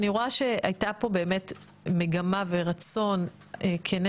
אני רואה שהיה פה באמת מגמה ורצון כנה